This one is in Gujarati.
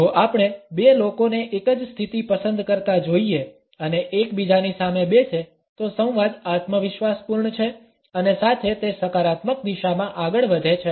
જો આપણે બે લોકોને એક જ સ્થિતિ પસંદ કરતા જોઈએ અને એકબીજાની સામે બેસે તો સંવાદ આત્મવિશ્વાસપૂર્ણ છે અને સાથે તે સકારાત્મક દિશામાં આગળ વધે છે